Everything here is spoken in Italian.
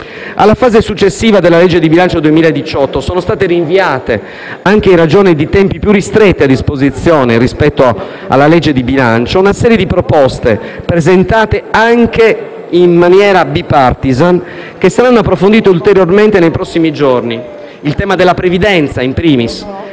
Alla fase successiva della legge di bilancio 2018 è stata rinviata, anche in ragione dei tempi più ristretti a disposizione rispetto alla legge di bilancio, una serie di proposte (presentate anche in maniera *bipartisan*) che saranno approfondite ulteriormente nei prossimi giorni: il tema della previdenza, *in primis*,